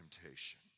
temptation